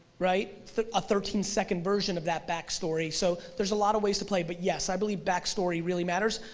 right a thirteen second version of that back story, so there's a lot of ways to play, but yes i believe back story really matters,